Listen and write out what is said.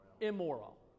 Immoral